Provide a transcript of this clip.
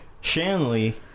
Shanley